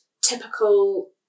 typical